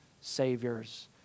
saviors